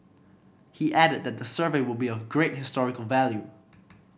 he added that the survey would be of great historical value